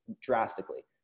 drastically